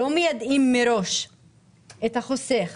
לא מיידעים מראש את החוסך